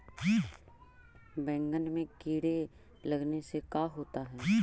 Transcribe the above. बैंगन में कीड़े लगने से का होता है?